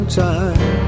time